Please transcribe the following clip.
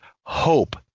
hope